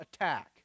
attack